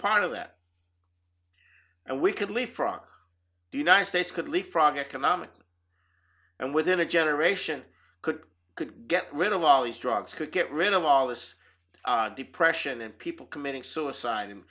part of that and we could leave from the united states could leap frog economically and within a generation could get rid of all these drugs could get rid of all this depression and people committing suicide